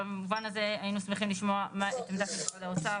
במובן הזה היינו שמחים לשמוע את העמדה של משרד האוצר,